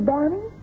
Barney